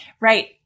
right